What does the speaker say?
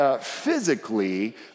Physically